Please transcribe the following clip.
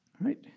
right